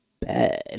bad